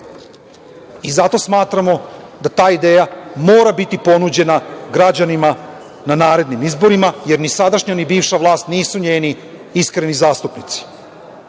Zato smatramo da ta ideja mora biti ponuđena građanima na narednim izborima, jer ni sadašnja ni bivša vlast nisu njeni iskreni zastupnici. Zbog